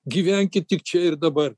gyvenkit tik čia ir dabar